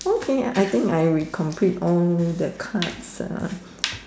okay I think I will complete all the cards uh